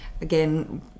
again